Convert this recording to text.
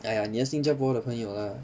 哎呀你的新加坡的朋友啦